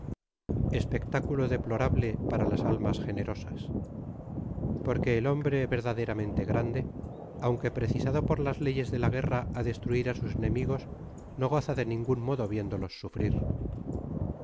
espectaculo deplorable para las'almas generosas porque el hombre verdaderamente grande aunque precisado por las leyes de la guerra á destruir á sus enemigos no goza de ningun modo viéndolos sufrir